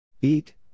Eat